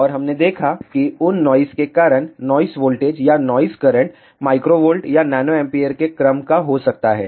और हमने देखा था कि उन नॉइस के कारण नॉइस वोल्टेज या नॉइस करंट μV या nA के क्रम का हो सकता है